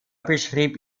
beschrieb